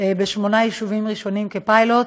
בשמונה יישובים ראשונים כפיילוט,